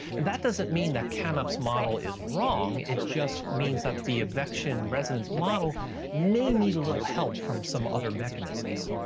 that doesn't mean that canup's model is wrong, it just means that the evection resonance model may need a little help from some other mechanisms.